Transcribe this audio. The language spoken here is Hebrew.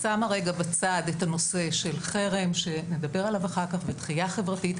אני שמה בצד את הנושא של חרם ודחייה חברתית.